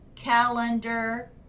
Calendar